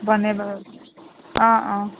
বনেই ল' অঁ অঁ